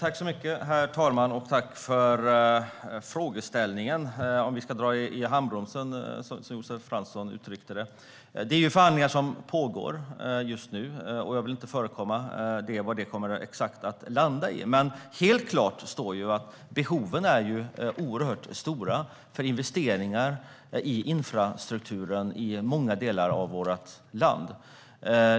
Herr talman! Tack för frågan, Josef Fransson! Ska vi dra i nödbromsen, som Josef Fransson uttryckte det? Det pågår ju förhandlingar, och jag vill inte föregripa vad de kommer att landa i. Helt klart är att behoven är oerhört stora när det gäller investeringar i infrastrukturen i många delar av vårt land.